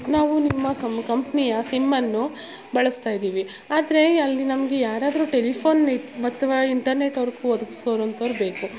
ನಾವು ನಿಮ್ಮ ಸಮ್ ಕಂಪ್ನಿಯ ಸಿಮ್ಮನ್ನು ಬಳಸ್ತಾಯಿದ್ದೀವಿ ಆದರೆ ಅಲ್ಲಿ ನಮಗೆ ಯಾರಾದರೂ ಟೆಲಿಫೋನ್ ಅಥ್ವಾ ಇಂಟರ್ನೆಟ್ ಒದಗ್ಸೋಂಥವ್ರು ಬೇಕು